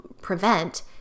prevent